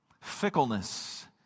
fickleness